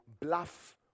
bluff